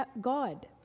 God